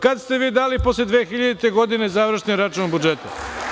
Kada ste vi dali posle 2000. godine završni račun budžeta?